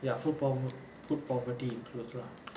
ya food pover~ food poverty includes lah